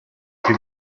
che